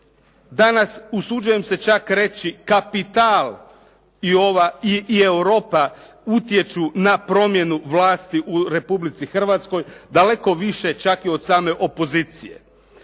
danas, usuđujem se čak reći kapital i Europa utječu na promjenu vlasti u Republici Hrvatskoj daleko više čak i od same opozicije.